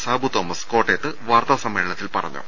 സാബുതോമസ് കോട്ടയത്ത് വാർത്താസമ്മേളനത്തിൽ പറഞ്ഞു